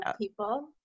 people